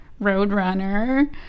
Roadrunner